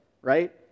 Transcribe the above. right